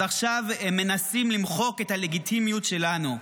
אז עכשיו הם מנסים למחוק את הלגיטימיות שלנו,